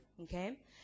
Okay